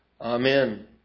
Amen